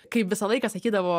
kaip visą laiką sakydavo